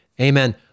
Amen